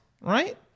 right